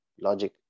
Logic